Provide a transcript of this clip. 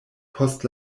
post